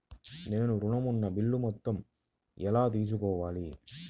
నేను ఋణం ఉన్న బిల్లు మొత్తం ఎలా తెలుసుకోవాలి?